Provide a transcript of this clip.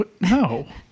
no